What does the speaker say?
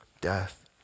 death